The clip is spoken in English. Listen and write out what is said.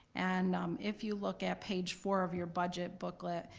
and um if you look at page four of your budget booklet,